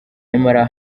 nyamara